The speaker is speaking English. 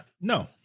no